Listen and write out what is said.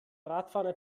radfahren